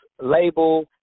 label